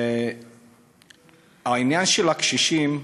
העניין של הקשישים,